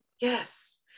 Yes